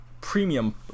premium